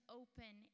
open